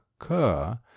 occur